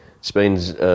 Spain's